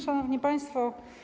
Szanowni Państwo!